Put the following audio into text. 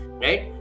right